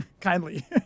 Kindly